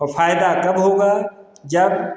फायदा कब होगा जब